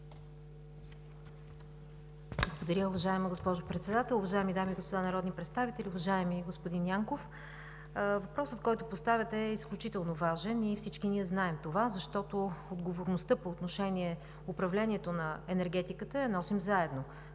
Благодаря, уважаема госпожо Председател. Уважаеми дами и господа народни представители! Уважаеми господин Янков, въпросът, който поставяте, е изключително важен и всички ние знаем това, защото отговорността по отношение управлението на енергетиката я носим заедно